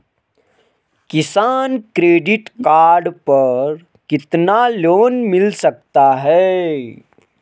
किसान credit card पर कितना लोंन मिल सकता है?